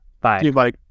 Bye